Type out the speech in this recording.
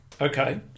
Okay